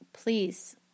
Please